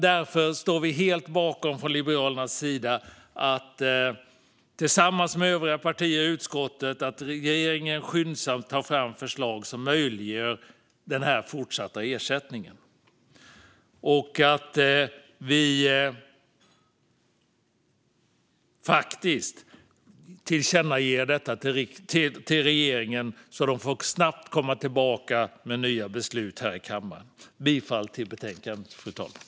Därför står vi från Liberalernas sida tillsammans med övriga partier i utskottet helt bakom att regeringen skyndsamt ska ta fram förslag som möjliggör den fortsatta ersättningen. Vi tillkännager detta till regeringen så att den snabbt får komma tillbaka med nya förslag till beslut i kammaren. Jag yrkar bifall till utskottets förslag i betänkandet, fru talman.